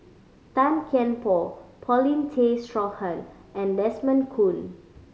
Tan Kian Por Paulin Tay Straughan and Desmond Kon